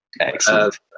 Excellent